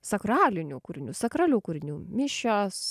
sakralinių kūrinių sakralių kūrinių mišios